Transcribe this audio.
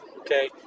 okay